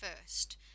first